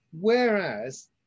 Whereas